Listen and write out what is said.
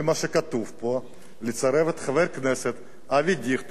"לצרף את חבר הכנסת אבי דיכטר כשר נוסף בממשלה"